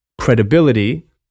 credibility